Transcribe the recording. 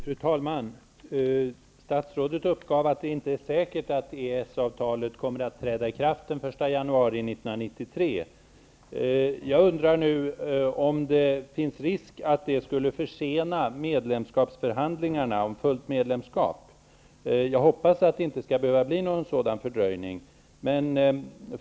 Fru talman! Statsrådet uppgav att det inte är säkert att EES-avtalet kommer att träda i kraft den 1 januari 1993. Jag undrar nu om det finns risk att det skulle försena förhandlingarna om fullt medlemsskap. Jag hoppas att det inte skall behöva bli någon sådan fördröjning.